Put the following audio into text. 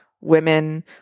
women